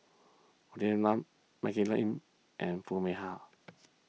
Olivia Lum Maggie Lim and Foo Mee Har